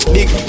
Big